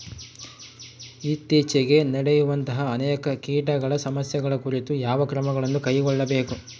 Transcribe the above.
ಇತ್ತೇಚಿಗೆ ನಡೆಯುವಂತಹ ಅನೇಕ ಕೇಟಗಳ ಸಮಸ್ಯೆಗಳ ಕುರಿತು ಯಾವ ಕ್ರಮಗಳನ್ನು ಕೈಗೊಳ್ಳಬೇಕು?